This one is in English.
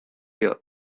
year